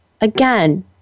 Again